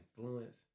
influence